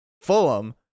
Fulham